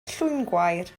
llwyngwair